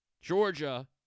Georgia